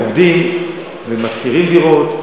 הם עובדים ומשכירים דירות,